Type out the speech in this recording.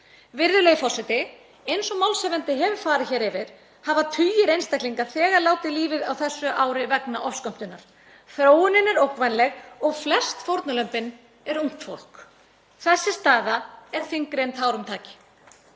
Virðulegur forseti. Eins og málshefjandi hefur farið hér yfir hafa tugir einstaklinga þegar látið lífið á þessu ári vegna ofskömmtunar. Þróunin er ógnvænleg og flest fórnarlömbin eru ungt fólk. Þessi staða er þyngri en tárum taki.